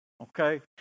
Okay